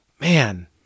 man